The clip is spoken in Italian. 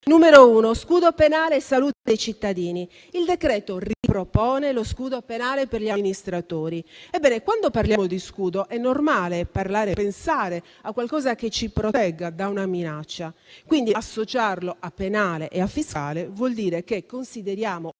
concerne lo scudo penale e la salute dei cittadini. Il decreto ripropone lo scudo penale per gli amministratori. Ebbene, quando parliamo di scudo è normale pensare a qualcosa che ci protegge da una minaccia. Quindi, associarlo a termini quali penale e fiscale, significa che consideriamo